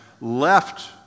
left